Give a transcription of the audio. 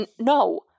No